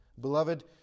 Beloved